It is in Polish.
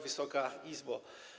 Wysoka Izbo!